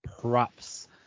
props